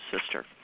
sister